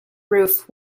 roof